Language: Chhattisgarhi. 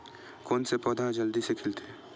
कोन से पौधा ह जल्दी से खिलथे?